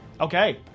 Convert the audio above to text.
Okay